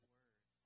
Word